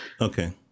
okay